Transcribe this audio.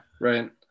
right